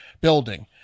building